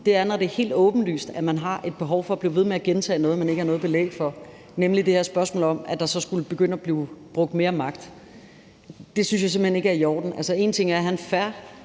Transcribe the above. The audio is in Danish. det, er, når det er helt åbenlyst, at man har et behov for at blive ved med at gentage noget, man ikke har noget belæg for, nemlig det her spørgsmål om, at der så skulle begynde at blive brugt mere magt. Det synes jeg simpelt hen ikke er i orden. Altså, én ting er at have